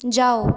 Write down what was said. যাও